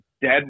dead